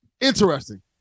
Interesting